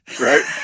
right